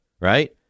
right